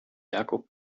jakob